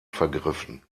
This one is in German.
vergriffen